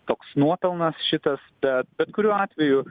toks nuopelnas šitas bet bet kuriuo atveju